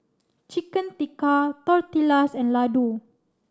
Chicken Tikka Tortillas and Ladoo